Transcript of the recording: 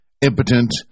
impotent